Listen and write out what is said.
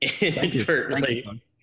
inadvertently